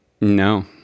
No